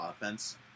offense